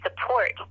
support